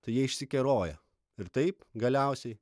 tai jie išsikeroja ir taip galiausiai